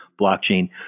blockchain